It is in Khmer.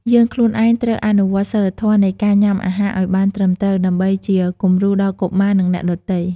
យើងខ្លួនឯងត្រូវអនុវត្តសីលធម៌នៃការញ៉ាំអាហារឲ្យបានត្រឹមត្រូវ ដើម្បីជាគំរូដល់កុមារ និងអ្នកដទៃ។